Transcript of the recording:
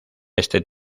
este